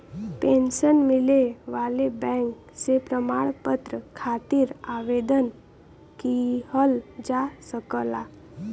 pension मिले वाले bank से प्रमाण पत्र खातिर आवेदन किहल जा सकला